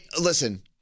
Listen